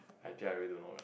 actually I really don't know [la]